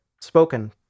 spoken